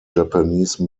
japanese